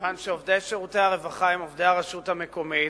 מכיוון שעובדי הרווחה הם עובדי הרשות המקומית,